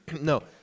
No